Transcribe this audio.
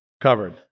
covered